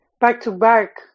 back-to-back